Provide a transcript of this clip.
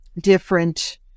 different